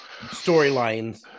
storylines